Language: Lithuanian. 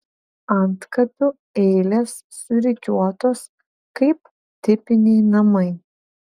antkapių eilės surikiuotos kaip tipiniai namai